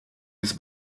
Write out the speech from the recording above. his